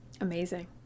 amazing